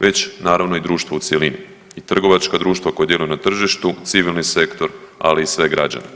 već naravno i društvo u cjelini i trgovačka društva koja djeluju na tržištu, civilni sektor, ali i sve građane.